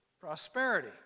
prosperity